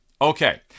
Okay